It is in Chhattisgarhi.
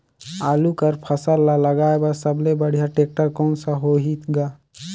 आलू कर फसल ल लगाय बर सबले बढ़िया टेक्टर कोन सा होही ग?